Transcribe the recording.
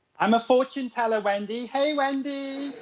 i'm a fortune teller, wendy. hey, wendy!